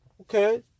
okay